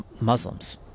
Muslims